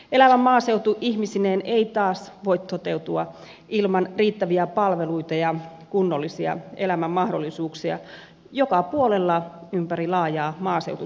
elävä maaseutu ihmisineen ei taas voi toteutua ilman riittäviä palveluita ja kunnollisia elämän mahdollisuuksia joka puolella ympäri laajaa maaseutu suomea